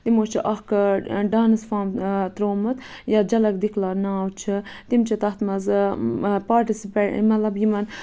تِمو چھُ اکھ ڈانٕس فارم تروٚومُت یَتھ جَلَک دِکھلا ناو چھُ تِم چھِ تَتھ منٛز پاٹِسِپینٛٹ مطلب یِمن